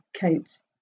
coats